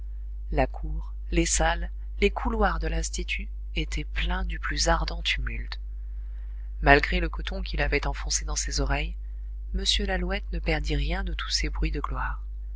la cour les salles les couloirs de l'institut étaient pleins du plus ardent tumulte malgré le coton qu'il avait enfoncé dans ses oreilles m lalouette ne perdit rien de tous ces bruits de gloire